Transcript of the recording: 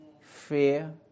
fear